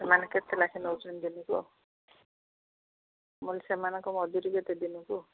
ସେମାନେ କେତେ ଲେଖାଏଁ ନେଉଛନ୍ତି ଦିନକୁ ମୁଁ କହିଲେ ସେମାନଙ୍କ ମଜୁରୀ କେତେ ଦିନକୁ